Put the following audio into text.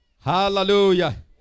hallelujah